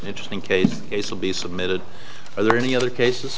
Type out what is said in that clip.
interesting case will be submitted are there any other cases